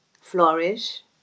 flourish